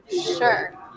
Sure